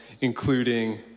including